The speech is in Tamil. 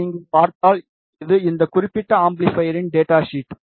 நீங்கள் இங்கே பார்த்தால் இது இந்த குறிப்பிட்ட அம்பிளிபையரின் டேட்டா ஷீட்